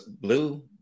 Blue